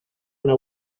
una